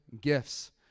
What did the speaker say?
gifts